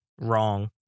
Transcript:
wrong